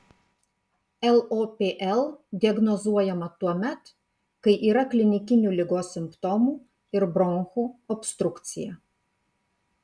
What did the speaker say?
lopl diagnozuojama tuomet kai yra klinikinių ligos simptomų ir bronchų obstrukcija